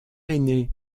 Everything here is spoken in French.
aîné